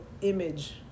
image